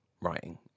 writing